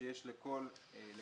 שיש לכל עובד